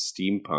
steampunk